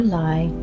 lie